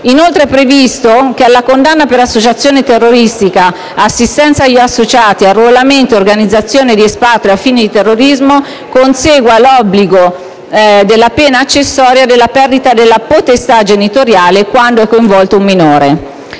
Inoltre, è previsto che alla condanna per associazione terroristica, assistenza agli associati, arruolamento e organizzazione di espatrio a fini di terrorismo consegua l'obbligo della pena accessoria della perdita della potestà genitoriale «quando è coinvolto un minore».